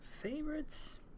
favorites